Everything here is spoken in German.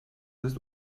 ist